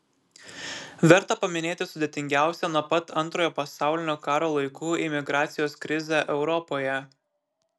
verta paminėti sudėtingiausią nuo pat antrojo pasaulinio karo laikų imigracijos krizę europoje